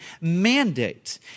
mandate